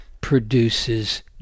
produces